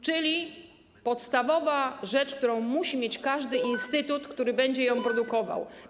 czyli podstawowa rzecz, którą musi dysponować każdy instytut, który będzie ją produkował.